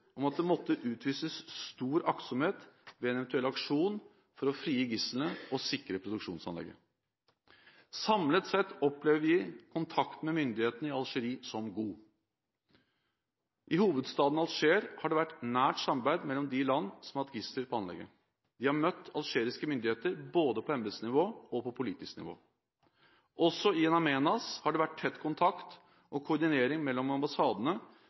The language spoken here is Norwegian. om at det måtte utvises stor aktsomhet ved en eventuell aksjon for å frigi gislene og sikre produksjonsanlegget. Samlet sett opplever vi kontakten med myndighetene i Algerie som god. I hovedstaden Alger har det vært et nært samarbeid mellom de land som har hatt gisler på anlegget. De har møtt algeriske myndigheter på både embetsnivå og politisk nivå. Også i In Amenas har det vært tett kontakt og koordinering mellom ambassadene